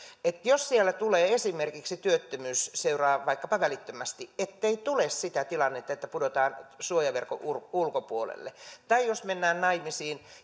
ja jos siellä tulee esimerkiksi työttömyys seuraa vaikkapa välittömästi niin ei tule sitä tilannetta että pudotaan suojaverkon ulkopuolelle tai jos mennään naimisiin